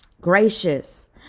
gracious